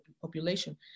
population